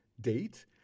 date